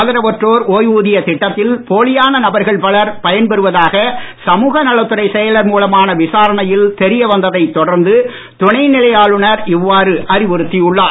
ஆதரவற்றோர் ஒய்வூதிய திட்டத்தில் போலியான நபர்கள் பலர் பயன்பெறுவதாக சமூக நலத்துறைச் செயலர் மூலமான விசாரணையில் தெரியவந்ததை தொடர்ந்து துணைநிலை ஆளுநர் இவ்வாறு அறிவுறுத்தி உள்ளார்